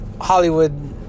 Hollywood